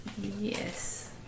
Yes